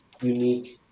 unique